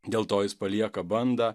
dėl to jis palieka bandą